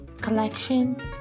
collection